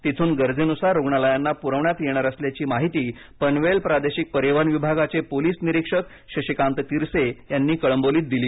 तिथून गरजेनुसार रूग्णालयांना पुरविण्यात येणार असल्याची माहिती पनवेल प्रादेशिक परिवहन विभागाचे पोलीस निरीक्षक शशिकांत तिरसे यांनी कळंबोलीत दिली